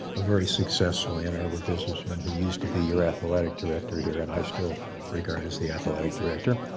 a very successful ann arbour businessman who used to be your athletic director here and i still regard as the athletic director.